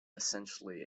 essentially